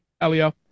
Elio